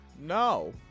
no